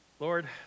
Lord